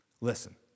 Listen